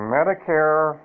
Medicare